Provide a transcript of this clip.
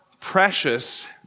precious